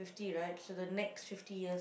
fifty right so the next fifty years